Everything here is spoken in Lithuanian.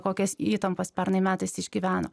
kokias įtampas pernai metais išgyveno